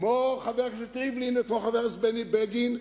כמו חבר הכנסת ריבלין וכמו חבר הכנסת בני בגין,